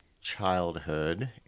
childhood